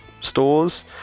stores